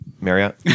Marriott